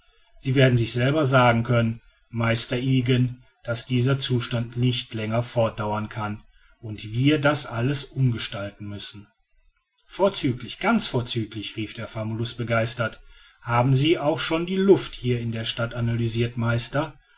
sie werden sich selber sagen können meister ygen daß dieser zustand nicht länger fortdauern kann und wir das alles umgestalten müssen vorzüglich ganz vorzüglich rief der famulus begeistert haben sie auch schon die luft hier in der stadt analysirt meister